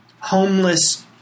homeless